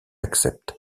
accepte